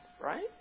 right